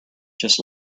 just